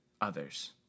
others